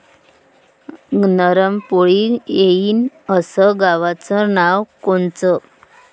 नरम पोळी येईन अस गवाचं वान कोनचं?